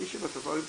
מי שדובר בשפה הערבית,